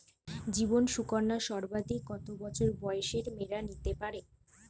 জীবন সুকন্যা সর্বাধিক কত বছর বয়সের মেয়েরা নিতে পারে?